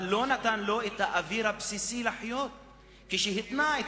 אבל לא נתן לו את האוויר הבסיסי לחיות כשהתנה את